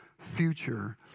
future